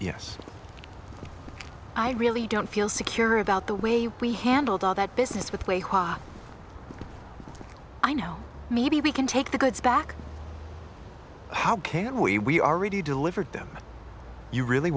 yes i really don't feel secure about the way we handled all that business with way hot i know maybe we can take the goods back how can we we already delivered them you really